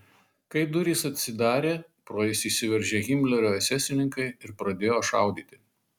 kai durys atsidarė pro jas įsiveržė himlerio esesininkai ir pradėjo šaudyti